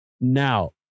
Now